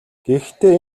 гэхдээ